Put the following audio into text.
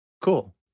Cool